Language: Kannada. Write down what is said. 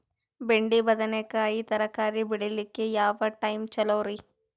ಬೆಂಡಿ ಬದನೆಕಾಯಿ ತರಕಾರಿ ಬೇಳಿಲಿಕ್ಕೆ ಯಾವ ಟೈಮ್ ಚಲೋರಿ?